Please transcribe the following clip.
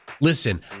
Listen